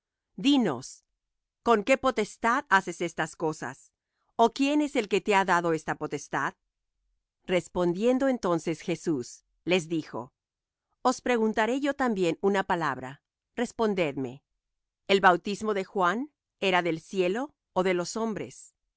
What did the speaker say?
dinos con qué potestad haces estas cosas ó quién es el que te ha dado esta potestad respondiendo entonces jesús les dijo os preguntaré yo también una palabra respondedme el bautismo de juan era del cielo ó de los hombres